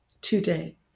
today